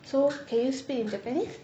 so can you speak in japanese